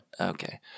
Okay